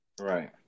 right